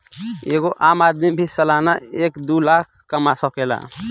एगो आम आदमी भी सालाना एक दू लाख कमा सकेला